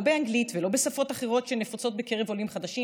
לא באנגלית ולא בשפות אחרות שנפוצות בקרב עולים חדשים,